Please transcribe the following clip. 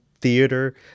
theater